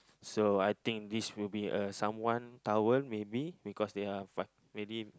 so I think this will be uh someone towel maybe because they are fi~ maybe